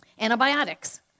Antibiotics